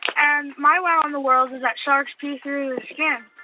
and my wow in the world is that sharks pee through yeah